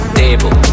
table